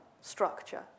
structure